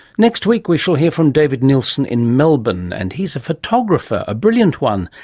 next week we shall hear from david neilson in melbourne and he's a photographer, a brilliant one,